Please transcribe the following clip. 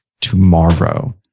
tomorrow